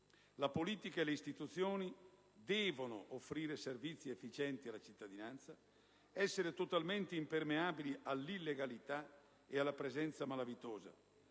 La politica e le istituzioni devono offrire servizi efficienti alla cittadinanza, essere totalmente impermeabili all'illegalità e alla presenza malavitosa,